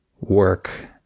work